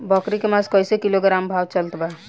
बकरी के मांस कईसे किलोग्राम भाव चलत बा?